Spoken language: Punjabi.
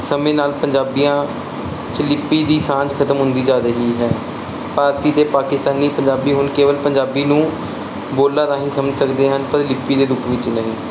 ਸਮੇਂ ਨਾਲ ਪੰਜਾਬੀਆਂ ਲੀਪੀ ਦੀ ਸਾਂਝ ਖਤਮ ਹੁੰਦੀ ਜਾ ਰਹੀ ਹੈ ਭਾਰਤੀ ਤੇ ਪਾਕਿਸਤਾਨੀ ਪੰਜਾਬੀ ਹੁਣ ਕੇਵਲ ਪੰਜਾਬੀ ਨੂੰ ਬੋਲਾ ਰਾਹੀਂ ਸਮਝ ਸਕਦੇ ਹਨ ਪਰ ਲਿਪੀ ਦੇ ਰੂਪ ਵਿੱਚ ਨਹੀਂ